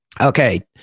Okay